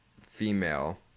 female